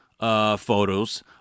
photos